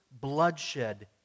bloodshed